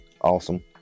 Awesome